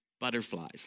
Butterflies